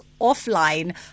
offline